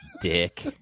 dick